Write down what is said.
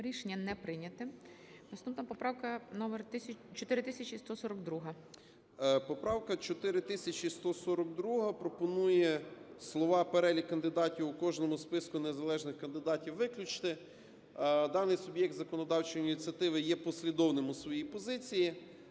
Рішення не прийнято. Наступна поправка - номер 4142. 17:53:13 СИДОРОВИЧ Р.М. Поправка 4142 пропонує слова "перелік кандидатів у кожному списку незалежних кандидатів" виключити. Даний суб'єкт законодавчої ініціативи є послідовним у своїй позиції.